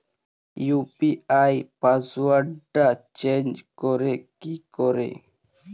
UPI পাসওয়ার্ডটা change করে কি করে?